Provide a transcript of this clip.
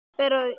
pero